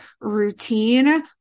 routine